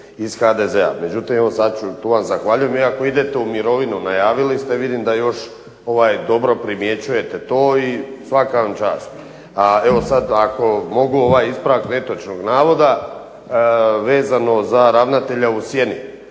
iz HDZ-a. Međutim evo sad ću, tu vam zahvaljujem, iako idete u mirovinu, najavili ste, vidim da još dobro primjećujete to i svaka vam čast. A evo sad ako mogu ovaj ispravak netočnog navoda, vezano za ravnatelja u sjeni.